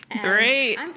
Great